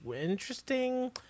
interesting